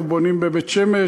אנחנו בונים בבית-שמש,